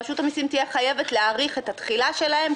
רשות המסים תהיה חייבת להאריך את התחילה שלהם,